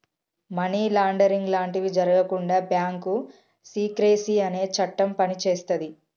money laundering లాంటివి జరగకుండా bank secrecy అనే చట్టం పనిచేస్తది